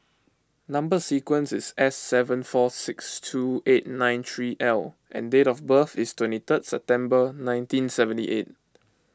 Number Sequence is S seven four six two eight nine three L and date of birth is twenty third September nineteen seventy eight